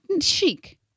chic